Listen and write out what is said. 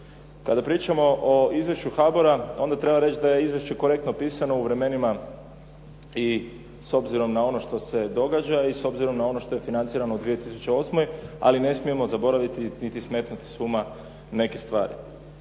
Kada pričamo o izvješću HBOR-a onda treba reći da je izvješće korektno pisano u vremenima i s obzirom na ono što se događa i s obzirom na ono što je financirano u 2008. ali ne smijemo zaboraviti niti smetnuti s uma neke stvari.